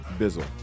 Bizzle